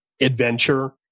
adventure